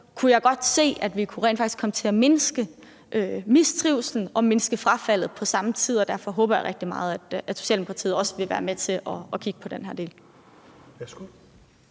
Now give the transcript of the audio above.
kunne jeg godt se, at vi rent faktisk kunne komme til at mindske mistrivslen og mindske frafaldet på samme tid, og derfor håber jeg rigtig meget, at Socialdemokratiet også vil være med til at kigge på den her del.